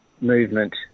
movement